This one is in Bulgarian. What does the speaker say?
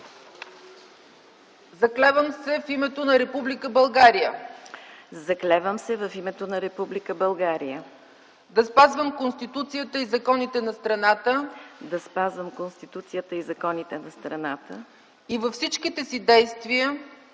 „Заклевам се в името на Република България да спазвам Конституцията и законите на страната и във всичките си действия